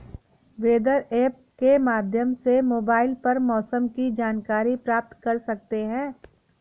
weather app के माध्यम से मोबाइल पर मौसम की जानकारी प्राप्त कर सकते हैं